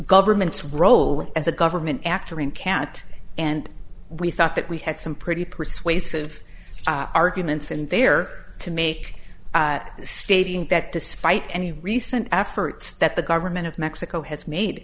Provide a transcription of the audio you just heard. government's role as a government actor in can't and we thought that we had some pretty persuasive arguments and there to make a statement that despite any recent efforts that the government of mexico has made